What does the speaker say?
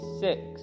six